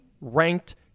ranked